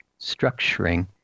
structuring